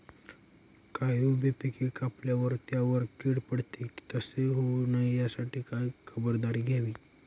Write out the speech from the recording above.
काही उभी पिके कापल्यावर त्यावर कीड पडते, तसे होऊ नये यासाठी काय खबरदारी घ्यावी?